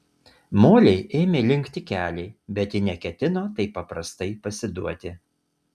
molei ėmė linkti keliai bet ji neketino taip paprastai pasiduoti